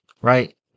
right